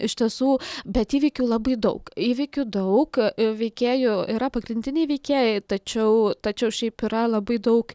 iš tiesų bet įvykių labai daug įvykių daug veikėjų yra pagrindiniai veikėjai tačiau tačiau šiaip yra labai daug